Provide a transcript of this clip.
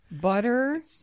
butter